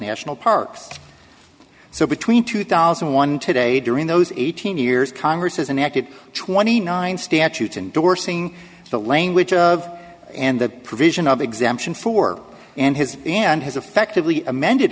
national parks so between two thousand and one today during those eighteen years congress has an active twenty nine statute indorsing the language of and the provision of exemption for and has and has effectively amended